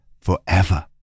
forever